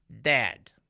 dad